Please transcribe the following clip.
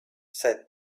said